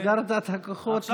אגרת את הכוחות.